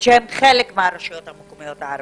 שהן חלק מהרשויות המקומיות הערביות.